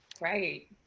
Right